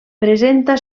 presenta